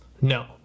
No